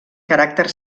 caràcter